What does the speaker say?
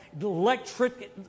Electric